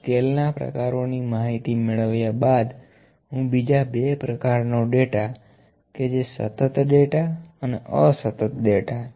આ સ્કેલ ના પ્રકારો ની માહિતી મેળવ્યા બાદ હું બીજા બે પ્રકારનો ડેટા કે જે સતત ડેટા અને અસતત ડેટા